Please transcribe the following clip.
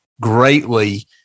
greatly